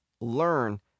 learn